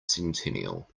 centennial